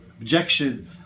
objection